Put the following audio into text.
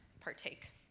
partake